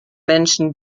menschen